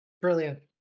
Brilliant